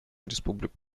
республику